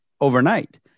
overnight